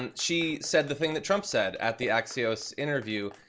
and she said the thing that trump said at the axios interview,